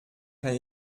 kann